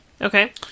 Okay